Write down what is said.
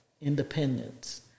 independence